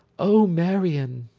o marion